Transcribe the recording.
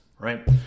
Right